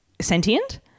sentient